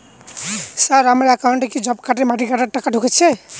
Sir আমার একাউন্টে কি জব কার্ডের মাটি কাটার টাকা ঢুকেছে?